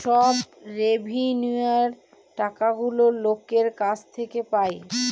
সব রেভিন্যুয়র টাকাগুলো লোকের কাছ থেকে পায়